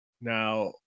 Now